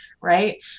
right